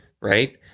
Right